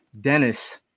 dennis